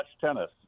tennis